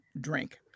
drink